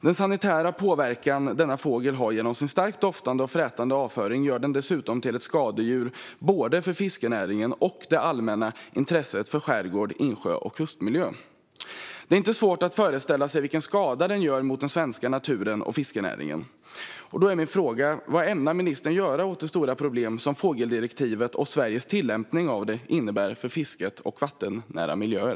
Den sanitära påverkan denna fågel har genom sin starkt doftande och frätande avföring gör den dessutom till ett skadedjur både för fiskenäringen och för det allmänna intresset för skärgård, insjö och kustmiljö. Det är inte svårt att föreställa sig vilken skada den gör för den svenska naturen och fiskenäringen. Då är min fråga: Vad ämnar ministern göra åt det stora problem som fågeldirektivet och Sveriges tillämpning av det innebär för fisket och vattennära miljöer?